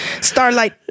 Starlight